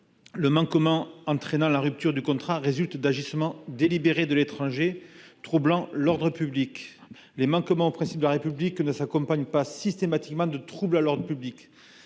le manquement entraînant la rupture du contrat résulte d’« agissements délibérés de l’étranger troublant l’ordre public ». Les manquements aux principes de la République ne s’accompagnant pas systématiquement de troubles à l’ordre public,